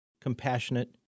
compassionate